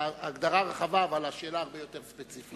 ההגדרה רחבה, אבל השאלה הרבה יותר ספציפית.